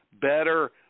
better